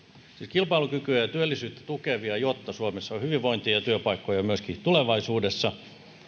kilpailukykyä ja työllisyyttä tukevia jotta suomessa on hyvinvointia ja työpaikkoja myöskin tulevaisuudessa